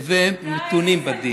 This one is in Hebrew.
"הוו מתונים בדין".